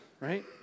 right